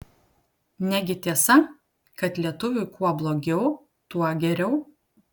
negi tiesa kad lietuviui kuo blogiau tuo geriau